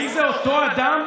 האם זה אותו אדם?